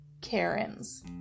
Karens